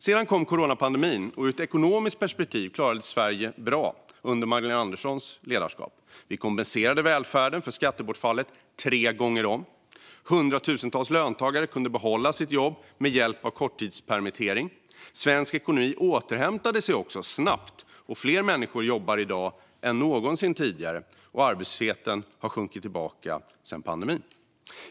Sedan kom coronapandemin, och ur ett ekonomiskt perspektiv klarade sig Sverige bra under Magdalena Anderssons ledarskap. Vi kompenserade välfärden för skattebortfallet tre gånger om. Hundratusentals löntagare kunde behålla sina jobb med hjälp av korttidspermittering. Svensk ekonomi återhämtade sig också snabbt. Fler människor jobbar i dag än någonsin tidigare, och arbetslösheten har sjunkit tillbaka efter pandemin.